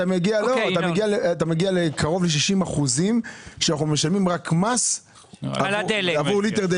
אתה מגיע לקרוב ל-60% שאנחנו משלמים רק מס עבור ליטר דלק.